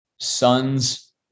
Sons